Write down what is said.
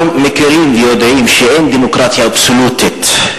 אנחנו מכירים ויודעים שאין דמוקרטיה אבסולוטית.